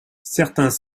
certains